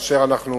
ואנחנו